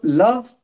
love